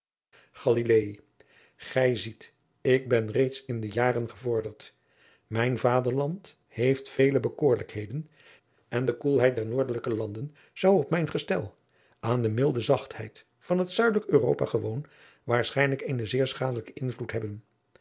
gij ziet ik ben reeds in de jaren gevorderd mijn vaderland heeft vele bekoorlijkheden en de koelheid der noordelijke landen zou op mijn gestel aan de milde zachtheid van het zuidelijk europa gewoon waarschijnlijk eenen zeer schadelijken invloed hebben